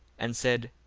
and said,